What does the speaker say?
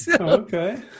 Okay